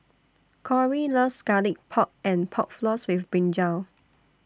Kori loves Garlic Pork and Pork Floss with Brinjal